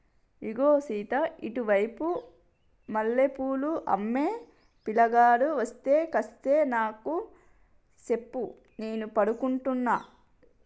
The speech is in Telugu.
ఇగో సీత ఇటు వైపు మల్లె పూలు అమ్మే పిలగాడు అస్తే కాస్త నాకు సెప్పు నేను పడుకుంటున్న